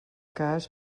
cas